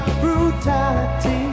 brutality